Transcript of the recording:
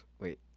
Wait